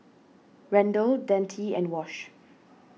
Randal Dante and Wash